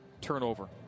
turnover